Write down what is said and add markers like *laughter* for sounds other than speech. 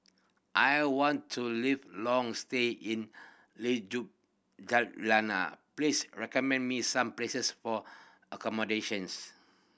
I want to live a long stay in *unintelligible* please recommend me some places for accommodations